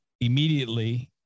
immediately